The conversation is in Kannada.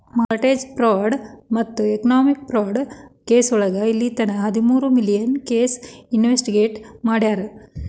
ಮಾರ್ಟೆಜ ಫ್ರಾಡ್ ಮತ್ತ ಎಕನಾಮಿಕ್ ಫ್ರಾಡ್ ಕೆಸೋಳಗ ಇಲ್ಲಿತನ ಹದಮೂರು ಮಿಲಿಯನ್ ಕೇಸ್ ಇನ್ವೆಸ್ಟಿಗೇಟ್ ಮಾಡ್ಯಾರ